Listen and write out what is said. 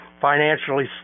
financially